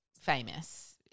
famous